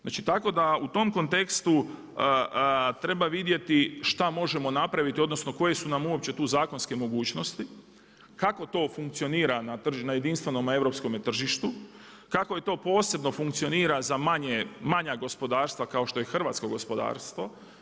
Znači tako da u tom kontekstu treba vidjeti šta možemo napraviti odnosno koje su nam uopće tu zakonske mogućnosti, kako to funkcionira na jedinstvenome europske tržištu, kako je posebno funkcionira za manja gospodarstva kao što je hrvatskog gospodarstvo.